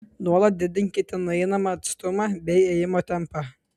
nuolat didinkite nueinamą atstumą bei ėjimo tempą